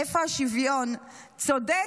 איפה השוויון?" צודק,